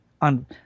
on